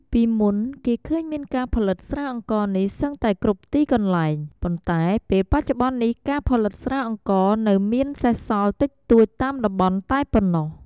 ពីមុនគេឃើញមានការផលិតស្រាអង្ករនេះសឹងតែគ្រប់ទីកន្លែង ប៉ុន្តែពេលបច្ចុប្បន្បនេះការផលិតស្រាអង្ករនៅមានសេសសល់តិចតួចតាមតំបន់តែប៉ុណ្ណោះ។